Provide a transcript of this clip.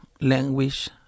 language